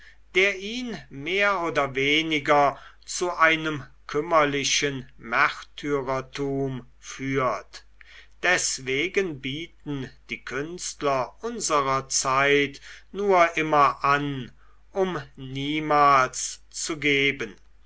der ihn mehr oder weniger zu einem kümmerlichen märtyrertum führt deswegen bieten die künstler unserer zeit nur immer an um niemals zu geben